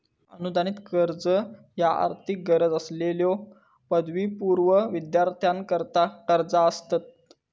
अनुदानित कर्ज ह्या आर्थिक गरज असलेल्यो पदवीपूर्व विद्यार्थ्यांकरता कर्जा असतत